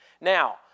Now